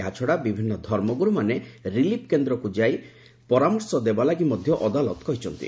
ଏହାଛଡ଼ା ବିଭିନ୍ନ ଧର୍ମଗୁରୁମାନେ ରିଲିଫ୍ କେନ୍ଦ୍ରଗୁଡ଼ିକୁ ଯାଇ ପରାମର୍ଶ ଦେବା ଲାଗି ମଧ୍ୟ ଅଦାଲତ କହିଛନ୍ତି